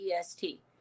EST